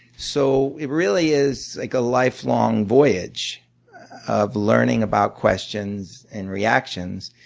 so it really is like a lifelong voyage of learning about questions and reactions.